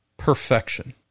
perfection